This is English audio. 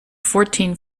fourteen